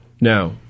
Now